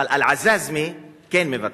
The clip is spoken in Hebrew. אבל "אל-עזאזמה" כן מבטאים.